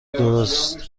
درست